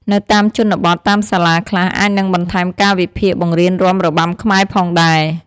នៅតាមជនបទ តាមសាលាខ្លះអាចនឹងបន្ថែមកាលវិភាគបង្រៀនរាំរបាំខ្មែរផងដែរ។